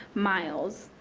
miles.